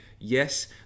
Yes